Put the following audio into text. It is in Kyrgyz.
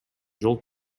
жол